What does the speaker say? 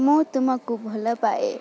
ମୁଁ ତୁମକୁ ଭଲ ପାଏ